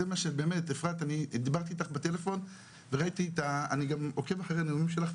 אני עוקב אחר הנאומים שלך,